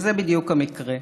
וזה בדיוק המקרה.